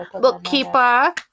Bookkeeper